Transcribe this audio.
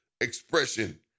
expression